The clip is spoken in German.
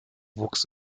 wuchs